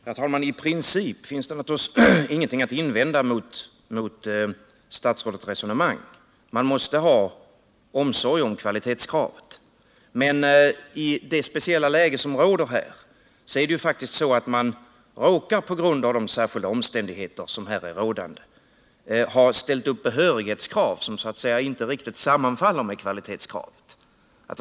Herr talman! I princip finns det naturligtvis ingenting att invända mot statsrådets resonemang. Man måste ha omsorg om kvalitetskravet. Men på grund av de särskilda omständigheter som här är rådande råkar man ha ställt upp behörighetskrav som så att säga inte riktigt sammanfaller med kvalitetskravet.